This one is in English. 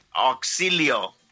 Auxilio